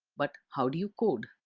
but how do you code?